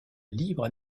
libre